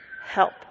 help